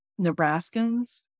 Nebraskans